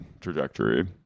trajectory